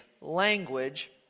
language